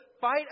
fight